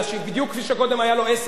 בדיוק כפי שקודם היו לו עשר דקות